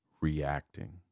reacting